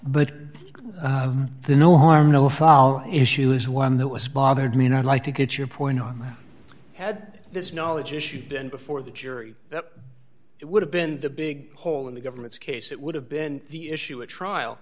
but the no harm no foul issue is one that was bothered me and i'd like to get your point on that had this knowledge issue been before the jury it would have been the big hole in the government's case it would have been the issue a trial